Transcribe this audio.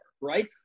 right